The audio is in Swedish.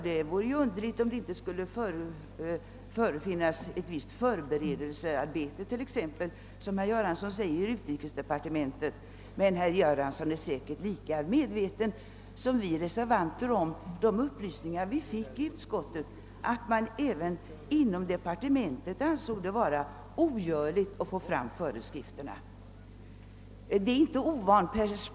Det vore underligt om det inte skulle ha utförts ett visst förberedelsearbete i utrikesdepartementet, som herr Göransson säger, men herr Göransson är säkert lika medveten som reservanterna om att enligt de upplysningar vi fick i utskottet anser departementet det ogörligt att få fram föreskrifterna till den 1 juli.